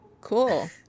Cool